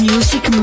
Music